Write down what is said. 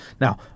Now